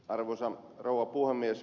arvoisa rouva puhemies